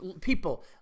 people